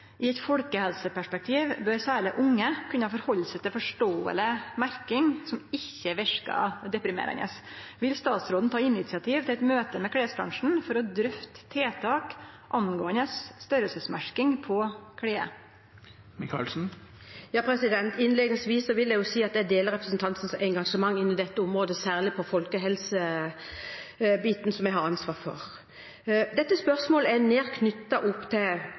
I eit folkehelseperspektiv bør særleg unge kunne forhalde seg til forståeleg merking som ikkje verkar deprimerande. Vil statsråden ta initiativ til eit møte med klesbransjen for å drøfte tiltak angåande storleiksmerking på klede?» Innledningsvis vil jeg si at jeg deler representantens engasjement på dette området, særlig på folkehelsebiten, som jeg har ansvaret for. Dette spørsmålet er nært knyttet til